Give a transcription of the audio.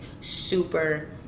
super